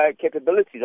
capabilities